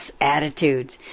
attitudes